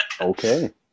Okay